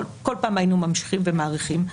בכל פעם, היינו ממשיכים ומאריכים.